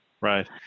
right